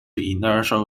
inertial